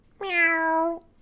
meow